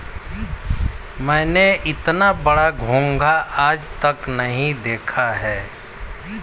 मैंने इतना बड़ा घोंघा आज तक नही देखा है